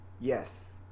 Yes